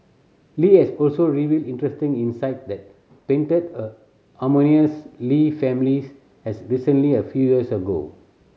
Li has also revealed interesting insight that painted a harmonious Lee families as recently a few years ago